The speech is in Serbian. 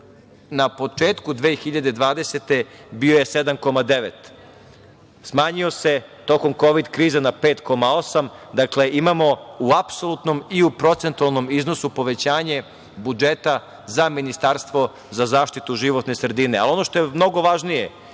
na početku 2020. godine bio je 7,9. Smanjio se tokom Kovid krize na 5,8. Dakle, imamo u apsolutnom i u procentualnom iznosu povećanje budžeta za Ministarstvo za zaštitu životne sredine. Ono što je mnogo važnije